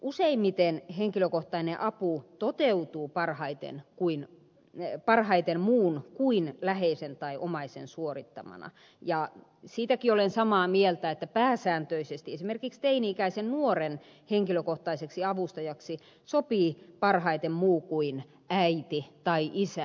useimmiten henkilökohtainen apu toteutuu parhaiten muun kuin läheisen tai omaisen suorittamana ja siitäkin olen samaa mieltä että pääsääntöisesti esimerkiksi teini ikäisen nuoren henkilökohtaiseksi avustajaksi sopii parhaiten muu kuin äiti tai isä